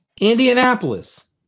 Indianapolis